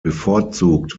bevorzugt